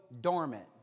dormant